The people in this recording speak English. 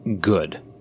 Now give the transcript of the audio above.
good